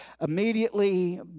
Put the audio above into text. immediately